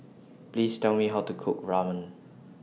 Please Tell Me How to Cook Ramen